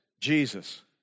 Jesus